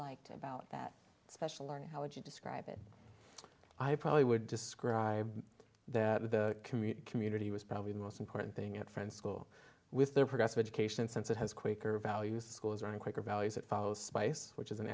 liked about that special learning how would you describe it i probably would describe that the commute community was probably the most important thing at friends school with their progressive education since it has quaker values schools around quaker values it follows spice which is an